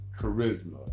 charisma